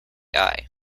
eye